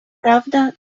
правда